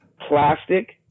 plastic